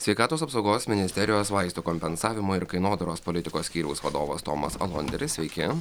sveikatos apsaugos ministerijos vaistų kompensavimo ir kainodaros politikos skyriaus vadovas tomas alonderis sveiki